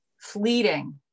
fleeting